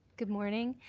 good morning.